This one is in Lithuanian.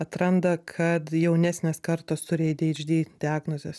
atranda kad jaunesnės kartos turi eidėidždi diagnozes